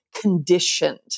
conditioned